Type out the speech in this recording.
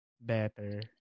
better